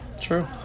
True